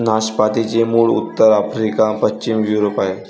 नाशपातीचे मूळ उत्तर आफ्रिका, पश्चिम युरोप आहे